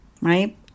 Right